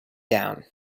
down